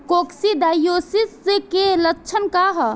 Coccidiosis के लक्षण का ह?